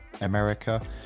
America